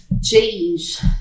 change